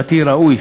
לדעתי ראוי,